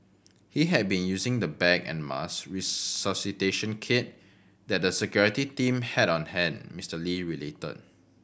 he had been using the bag and mask resuscitation kit that the security team had on hand Mister Lee related